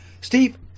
Steve